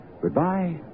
goodbye